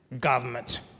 government